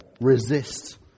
resist